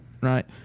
right